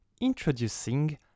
Introducing